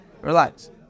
relax